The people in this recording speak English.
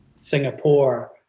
Singapore